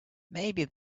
maybe